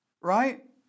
Right